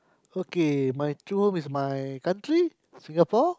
okay my true home is my country Singapore